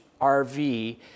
RV